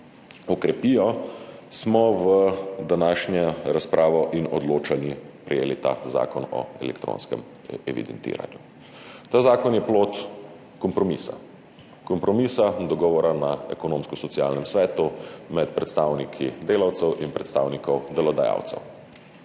okrepijo, smo v današnjo razpravo in odločanje prejeli ta zakon o elektronskem evidentiranju. Ta zakon je plod kompromisa, dogovora na Ekonomsko-socialnem svetu med predstavniki delavcev in predstavniki delodajalcev.